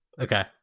Okay